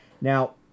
Now